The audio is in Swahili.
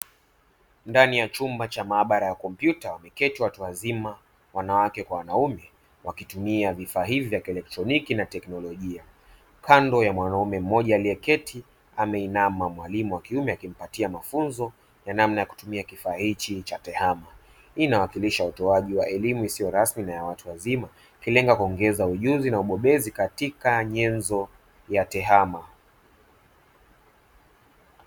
Ndani ya chumba cha maabara ya kompyuta wameketi watu wazima wanawake kwa wanaume wakitumia vifaa hivi vya kielectriniki na tekinolojia kando ya mwanaume mmoja aliyeketi ,ameinama walimu wa kiume akimpatia mafunzo ya namna ya kutumia kifaa hichi cha tehama hii inawakilisha utoaji wa elimu isiyo rasmi na ya watu wazima ikilenga kuongeza ujuzi na ubobezi katika nyenzo ya tehama.